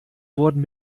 wurden